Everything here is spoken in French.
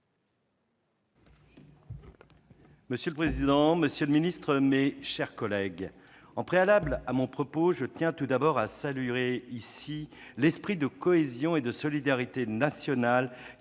Monsieur le président, monsieur le ministre, mes chers collègues, en préalable à mon propos, je tiens tout d'abord à saluer ici l'esprit de cohésion et de solidarité nationale